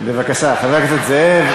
חבר הכנסת זאב,